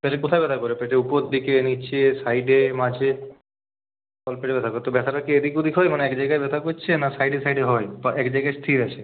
পেটে কোথায় ব্যথা করে পেটে উপরদিকে নিচে সাইডে মাঝে তলপেটে ব্যথা করে তো ব্যথাটা কি এদিক ওদিক হয় মানে এক জায়গায় ব্যথা করছে না সাইডে সাইডে হয় বা এক জায়গায় স্থির আছে